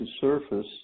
surface